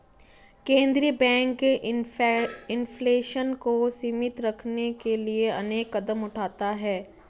केंद्रीय bank inflation को सीमित रखने के लिए अनेक कदम उठाता है